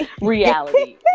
reality